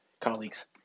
colleagues